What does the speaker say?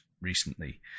Recently